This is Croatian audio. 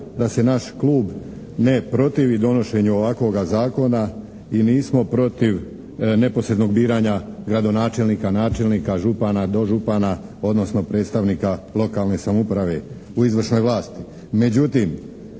da se naš Klub ne protivi donošenju ovakvoga zakona i nismo protiv neposrednog biranja gradonačelnika, načelnika, župana, dožupana odnosno predstavnika lokalne samouprave u izvršnoj vlasti.